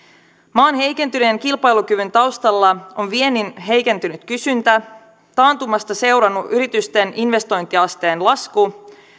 maan heikentyneen kilpailukyvyn taustalla on viennin heikentynyt kysyntä taantumasta seurannut yritysten investointiasteen lasku